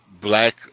black